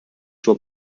suo